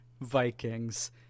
Vikings